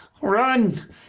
Run